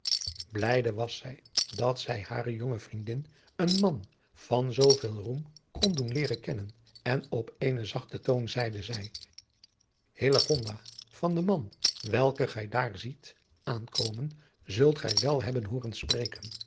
blijde was zij dat zij hare jonge vriendin een man van zooveel roem kon doen leeren kennen en op eenen zachten toon zeide zij hillegonda van den man welken gij daar ziet aankomen zult gij wel hebben hooren spreken